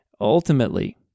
Ultimately